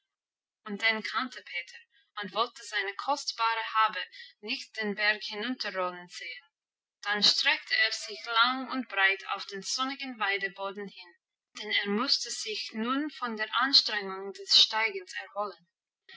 und den kannte peter und wollte seine kostbare habe nicht den berg hinunterrollen sehen dann streckte er sich lang und breit auf den sonnigen weideboden hin denn er musste sich nun von der anstrengung des steigens erholen